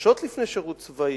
חששות לפני שירות צבאי,